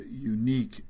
unique